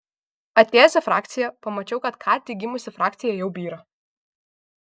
atėjęs į frakciją pamačiau kad ką tik gimusi frakcija jau byra